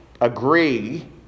agree